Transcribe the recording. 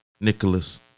Nicholas